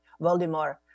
Voldemort